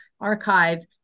archive